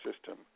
system